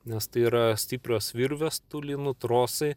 nes tai yra stiprios virvės tų lynų trosai